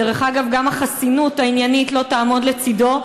דרך אגב, גם החסינות העניינית לא תעמוד לצדו.